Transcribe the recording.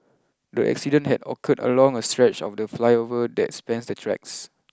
the accident had occurred along a stretch of the flyover that spans the tracks